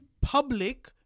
public